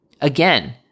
Again